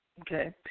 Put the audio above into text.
Okay